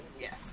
Yes